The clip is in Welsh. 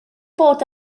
bod